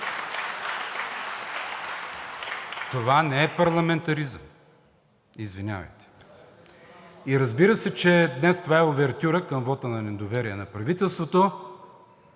Това не е парламентаризъм, извинявайте. И, разбира се, че днес това е увертюра към вота на недоверие на правителството.